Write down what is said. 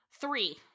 Three